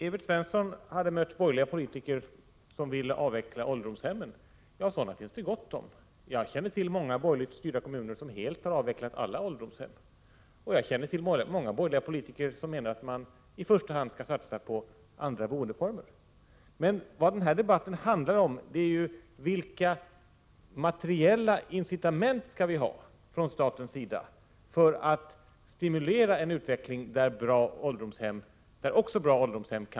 Evert Svensson hade mött borgerliga politiker som ville avveckla ålderdomshemmen. Ja, sådana finns det gott om. Jag känner till många borgerligt styrda kommuner som helt har avvecklat alla ålderdomshem, och jag känner till många borgerliga politiker som menar att man i första hand skall satsa på andra boendeformer. Men vad den här debatten handlar om är ju vilka materiella incitament vi skall ha från statens sida för att stimulera en utveckling som gör det möjligt att också bevara bra ålderdomshem.